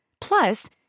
Plus